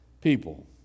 People